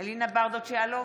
אלינה ברדץ' יאלוב,